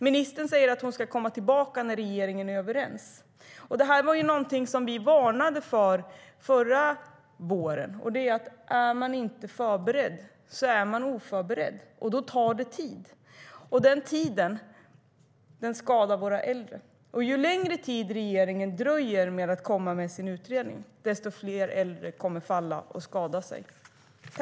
Ministern säger att hon ska komma tillbaka när regeringen är överens. Det här var någonting som vi varnade för förra våren: Är man inte förberedd så är man oförberedd, och då tar det tid. Den tiden skadar våra äldre. Ju längre tid regeringen dröjer med att komma med sin utredning, desto fler äldre kommer att falla och skada sig.